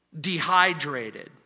dehydrated